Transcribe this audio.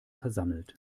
versammelt